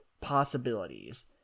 possibilities